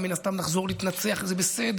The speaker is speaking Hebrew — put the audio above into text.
מן הסתם גם נחזור להתנצח, וזה בסדר.